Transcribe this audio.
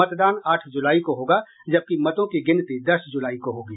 मतदान आठ जुलाई को होगा जबकि मतों की गिनती दस जुलाई को होगी